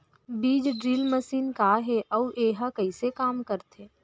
बीज drill machine का हे अऊ एहा कइसे काम करथे?